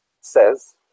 says